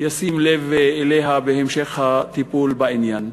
ישים לב אליה בהמשך הטיפול בעניין,